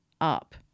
up